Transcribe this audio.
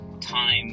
time